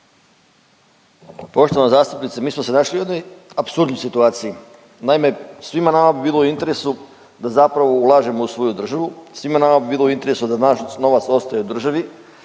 se ne razumije zbog najave./… apsurdnoj situaciji, naime svima nama bi bilo u interesu da zapravo ulažemo u svoju državu, svima nama bi bilo u interesu da naš novac ostaje u državi,